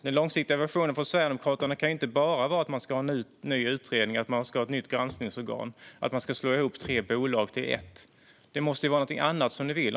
Den långsiktiga versionen från Sverigedemokraterna kan ju inte bara vara att man ska ha en ny utredning, att man ska ha ett nytt granskningsorgan och att man ska slå ihop tre bolag till ett. Det måste vara någonting annat ni vill.